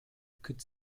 could